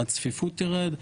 הצפיפות תרד,